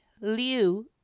Liu